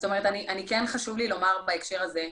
כן חשוב לי לומר בהקשר הזה,